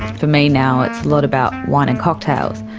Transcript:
for me now it's a lot about wine and cocktails.